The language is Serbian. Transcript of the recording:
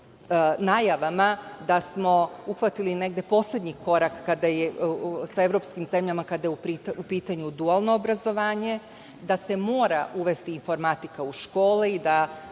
najavama da smo uhvatili negde poslednji korak sa evropskim zemljama kada je u pitanju dualno obrazovanje, da se mora uvesti informatika u škole i da